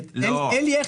לא,